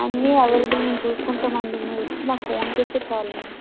అన్ని అవైలబుల్ మేము చూసుకుంటాం అండి మీరు వచ్చి మాకు ఫోన్ చేస్తే చాలు అండి